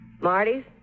Marty's